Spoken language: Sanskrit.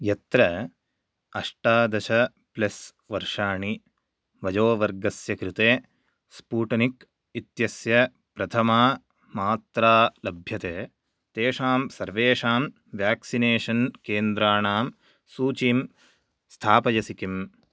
यत्र अष्टादश प्लस् वर्षाणि वयोवर्गस्य कृते स्पूटनिक् इत्यस्य प्रथमा मात्रा लभ्यते तेषां सर्वेषां वेक्सिनेषन् केन्द्राणां सूचीं स्थापयसि किम्